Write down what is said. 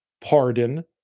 pardon